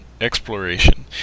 exploration